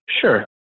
Sure